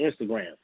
Instagram